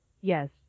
Yes